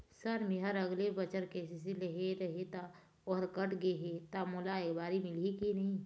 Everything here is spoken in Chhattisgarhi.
सर मेहर अगले बछर के.सी.सी लेहे रहें ता ओहर कट गे हे ता मोला एबारी मिलही की नहीं?